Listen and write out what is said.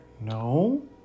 No